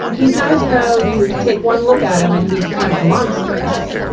he's not as though you take one look at him and he's kind of monstrous.